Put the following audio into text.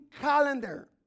calendar